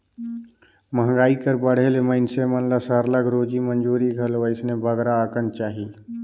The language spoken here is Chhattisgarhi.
मंहगाई कर बढ़े ले मइनसे मन ल सरलग रोजी मंजूरी घलो अइसने बगरा अकन चाही